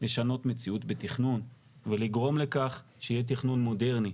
לשנות מציאות בתכנון ולגרום לכך שיהיה תכנון מודרני,